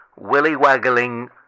willy-waggling